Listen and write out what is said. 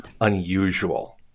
unusual